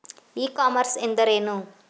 E commerce ಎಂದರೆ ಏನು?